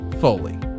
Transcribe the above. Foley